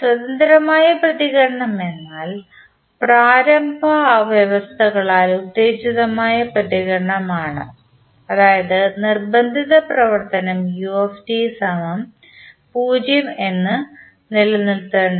സ്വതന്ത്രമായ പ്രതികരണം എന്നാൽ പ്രാരംഭ വ്യവസ്ഥകളാൽ ഉത്തേജിതമായ പ്രതികരണമാണ് അതായത് നിർബന്ധിത പ്രവർത്തനം u 0 എന്ന് നിലനിർത്തുന്നത്